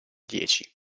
dieci